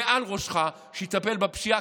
מעל ראשך שיטפל בפשיעה,